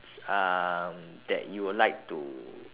um that you would like to